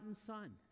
son